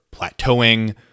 plateauing